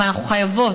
אבל אנחנו חייבות,